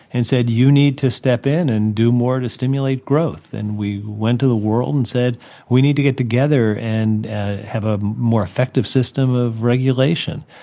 and said you need to step in and do more to stimulate growth. and we went to the world and said we need to get together and have a more effective system of regulation.